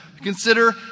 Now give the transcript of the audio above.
consider